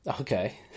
Okay